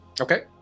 Okay